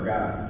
God